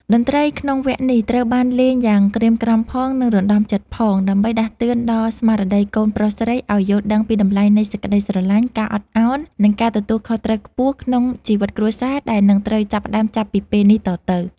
តន្ត្រីក្នុងវគ្គនេះត្រូវបានលេងយ៉ាងក្រៀមក្រំផង និងរណ្តំចិត្តផង ដើម្បីដាស់តឿនដល់ស្មារតីកូនប្រុសស្រីឱ្យយល់ដឹងពីតម្លៃនៃសេចក្តីស្រឡាញ់ ការអត់ឱន និងការទទួលខុសត្រូវខ្ពស់ក្នុងជីវិតគ្រួសារដែលនឹងត្រូវចាប់ផ្តើមចាប់ពីពេលនេះតទៅ។